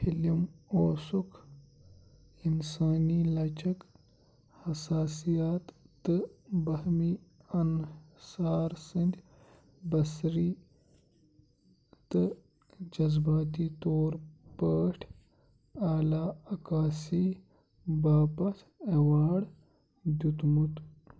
film اوسُکھ اِنسٲنی لچک حساسِیات تہٕ باہمی انحصار سٕنٛدۍ بصری تہٕ جذبٲتی طور پٲٹھۍ اعلیٰ عکاسی باپتھ ایوارڈ دِیُتمُت